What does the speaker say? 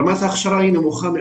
היא מאוד נמוכה.